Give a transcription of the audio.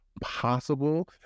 possible